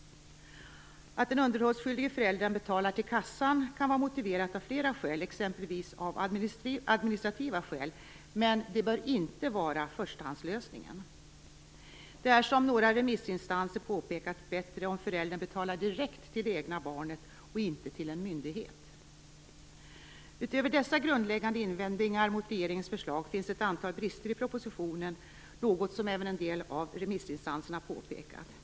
Att den underhållsskyldige föräldern betalar till kassan kan vara motiverat av flera skäl, exempelvis av administrativa skäl, men det bör inte vara förstahandslösningen. Det är, som några remissinstanser påpekat, bättre om föräldern betalar direkt till det egna barnet och inte till en myndighet. Utöver dessa grundläggande invändningar mot regeringens förslag finns ett antal brister i propositionen - något som även en del av remissinstanserna påpekat.